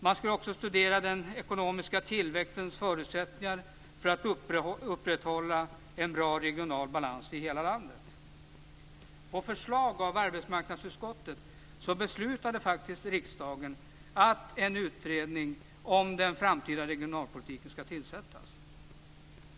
Man skulle också studera den ekonomiska tillväxtens förutsättningar för att upprätthålla en bra regional balans i hela landet. På förslag av arbetsmarknadsutskottet beslutade riksdagen att en utredning om den framtida regionalpolitiken skulle tillsättas.